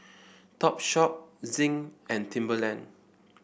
Topshop Zinc and Timberland